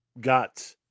got